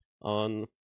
on